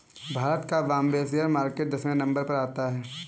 भारत का Bombay share market दसवें number पर आता है